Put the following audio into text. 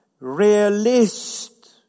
realist